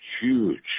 huge